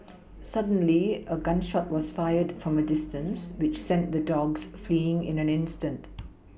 suddenly a gun shot was fired from a distance which sent the dogs fleeing in an instant